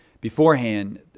beforehand